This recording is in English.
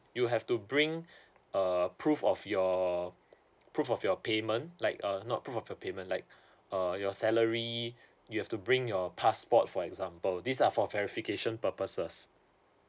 you have to bring err proof of your proof of your payment like uh not proof of your payment like uh your salary you have to bring your passport for example these are for verification purposes